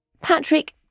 Patrick